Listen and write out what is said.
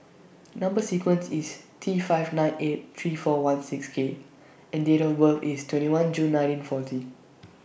Number sequence IS T five nine eight three four one six K and Date of birth IS twenty one June nineteen forty